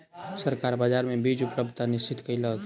सरकार बाजार मे बीज उपलब्धता निश्चित कयलक